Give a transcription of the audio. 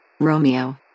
Romeo